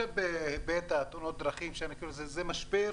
בהיבט תאונות הדרכים אני חושב שזה משבר אמיתי,